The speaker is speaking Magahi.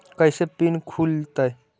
कैसे फिन खुल तय?